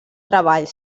treball